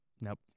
Nope